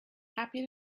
happy